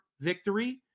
victory